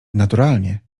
naturalnie